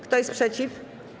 Kto jest przeciw?